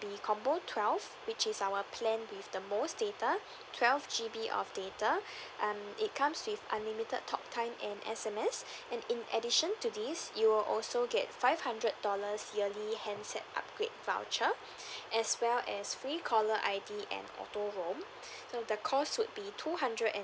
be combo twelve which is our plan with the most data twelve G_B of data and it comes with unlimited talk time and S_M_S and in addition to this you will also get five hundred dollars yearly handset upgrade voucher as well as free caller I_D and auto roam so the cost would be two hundred and